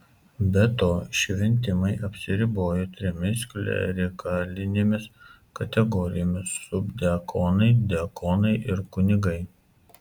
be to šventimai apsiribojo trimis klerikalinėmis kategorijomis subdiakonai diakonai ir kunigai